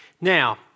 Now